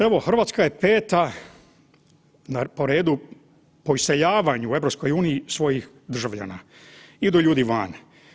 Evo Hrvatska je 5.po redi po iseljavanju u EU svojih državljana, idu ljudi van.